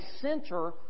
center